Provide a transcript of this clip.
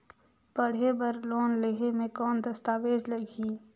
पढ़े बर लोन लहे ले कौन दस्तावेज लगही?